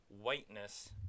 whiteness